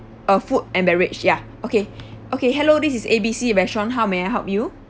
uh food and beverage ya okay okay hello this is A B C restaurant how may I help you